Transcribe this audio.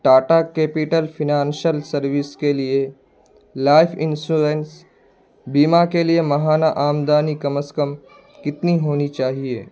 Tata capital financial service کے لیے life insurance بیمہ کے لیے ماہانہ آمدانی کم از کم کتنی ہونی چاہیے